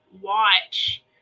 watch